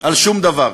על שום דבר.